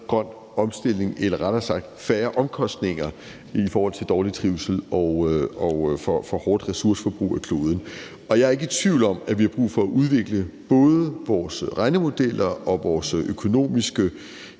grøn omstilling – eller rettere sagt færre omkostninger i forhold til dårlig trivsel og et for hårdt ressourceforbrug af kloden. Og jeg er ikke i tvivl om, at vi har brug for at udvikle både vores regnemodeller og vores økonomiske,